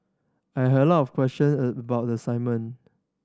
I had a lot of question about the assignment